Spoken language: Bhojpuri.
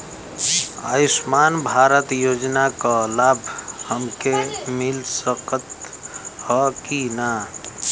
आयुष्मान भारत योजना क लाभ हमके मिल सकत ह कि ना?